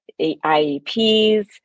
IEPs